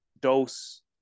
dose